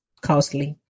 costly